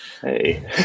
Hey